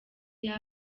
iyo